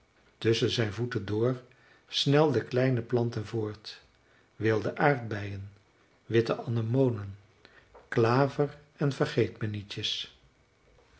tusschen zijn voeten door snelden kleine planten voort wilde aardbeien witte anemonen klaver en